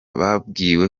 babwiwe